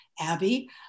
Abby